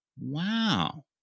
Wow